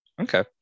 Okay